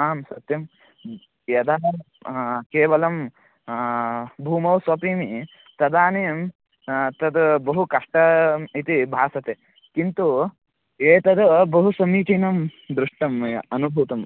आम् सत्यं यदहं केवलं भूमौ स्वपिमि तदानीं तद् बहु कष्टम् इति भासते किन्तु एतद् बहु समीचीनं दृष्टं मया अनुभूतम्